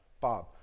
Bob